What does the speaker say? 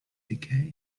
decay